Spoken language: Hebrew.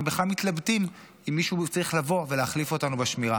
הם בכלל מתלבטים אם מישהו צריך לבוא ולהחליף אותנו בשמירה.